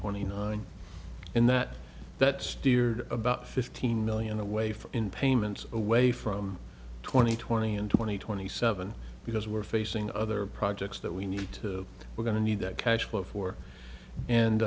twenty nine in that that steered about fifteen million away from in payments away from twenty twenty and twenty twenty seven because we're facing other projects that we need to we're going to need that cash flow for and